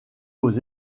aux